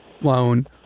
loan